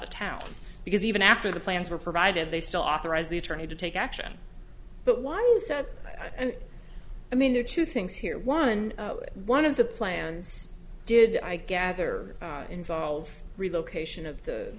of town because even after the plans were provided they still authorize the attorney to take action but why you said i don't i mean there are two things here one one of the plans did i gather involve relocation of the